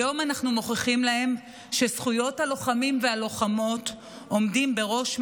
היום אנחנו מוכיחים להם שזכויות הלוחמים והלוחמות עומדות בראש מעיינינו.